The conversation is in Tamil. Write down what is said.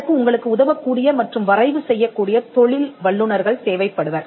அதற்கு உங்களுக்கு உதவக்கூடிய மற்றும் வரைவு செய்யக் கூடிய தொழில் வல்லுநர்கள் தேவைப்படுவர்